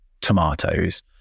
tomatoes